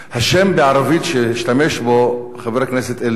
השם בערבית שהשתמש בו חבר הכנסת אלדד